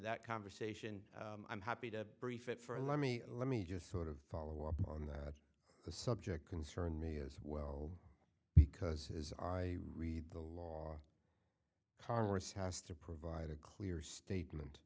that conversation i'm happy to brief it for a let me let me just sort of follow up on that subject concern me as well because as i read the law congress has to provide a clear statement